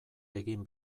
egin